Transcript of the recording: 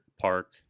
park